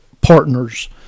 partners